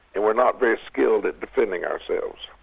and we're not very skilled at defending ourselves.